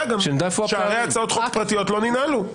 שערי הצעות חוק פרטיות לא ננעלו.